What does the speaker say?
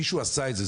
מישהו עשה את זה.